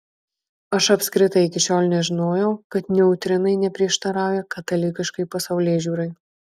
aš apskritai iki šiol nežinojau kad neutrinai neprieštarauja katalikiškai pasaulėžiūrai